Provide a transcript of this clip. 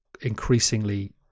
increasingly